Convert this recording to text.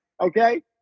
okay